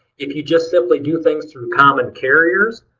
if you just simply do things through common carriers,